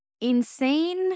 insane